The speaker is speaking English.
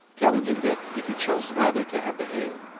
telling him that, if he chose rather to have the hale,